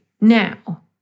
now